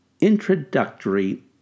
introductory